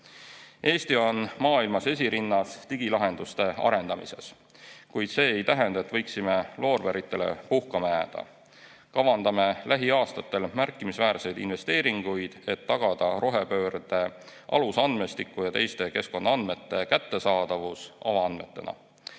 Eesti on maailmas esirinnas digilahenduste arendamises, kuid see ei tähenda, et võiksime loorberitele puhkama jääda. Kavandame lähiaastatel märkimisväärseid investeeringuid, et tagada rohepöörde alusandmestiku ja teiste keskkonnaandmete kättesaadavus avaandmetena.